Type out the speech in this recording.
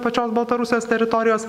pačios baltarusijos teritorijos